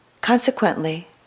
Consequently